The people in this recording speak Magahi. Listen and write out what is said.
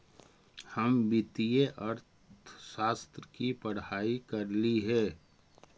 हम वित्तीय अर्थशास्त्र की पढ़ाई करली हे